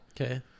Okay